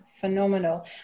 phenomenal